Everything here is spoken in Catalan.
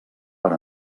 per